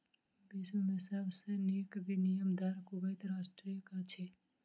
विश्व में सब सॅ नीक विनिमय दर कुवैत राष्ट्रक अछि